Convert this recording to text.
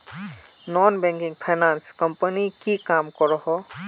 Non banking finance company की काम करोहो?